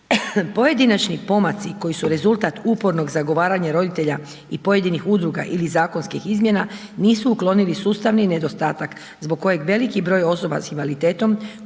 Pojedinačni pomaci, koji su rezultat upornog zagovaranja roditelja i pojedinih udruga ili zakonskih izmjena nisu uklonili sustavni nedostatak, zbog kojih veliki broj osoba s invaliditetom,